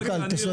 המנכ"ל, תסיים.